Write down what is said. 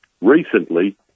recently